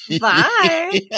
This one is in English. Bye